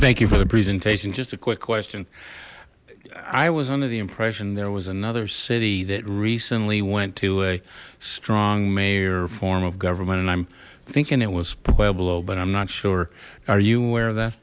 thank you for the presentation just a quick question i was under the impression there was another city that recently went to a strong mayor form of government and i'm thinking it was pueblo but i'm not sure are you aware of that